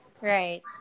Right